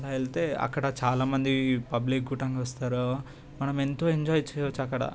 అలా వెళ్తే అక్కడ చాలామంది పబ్లిక్ కూడంగా వస్తారు మనమెంతో ఎంజాయ్ చేయొచ్చు అక్కడ